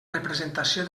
representació